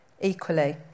equally